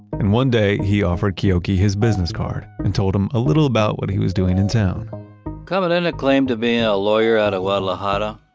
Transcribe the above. and one day he offered keoki his business card and told him a little about what he was doing in town camarena claimed to be a lawyer out of guadalajara